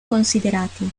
considerati